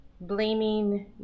blaming